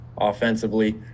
offensively